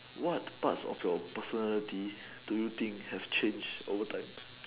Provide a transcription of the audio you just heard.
what parts of your personality do you think has changed over time